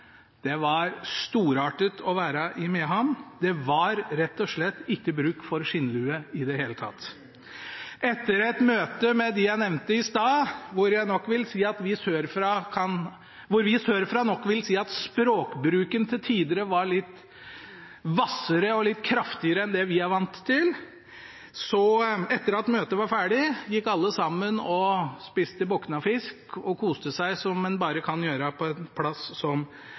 Finnmark var varmeste fylke i Norge den dagen. Det var sol, det var varmt vær, det var storartet å være i Mehamn. Det var rett og slett ikke bruk for skinnlue i det hele tatt. Etter et møte med dem jeg nevnte i stad – hvor vi sørfra nok vil si at språkbruken til tider var litt hvassere og kraftigere enn det vi er vant til – gikk alle sammen og spiste boknafisk og koste seg som en bare kan gjøre på en plass som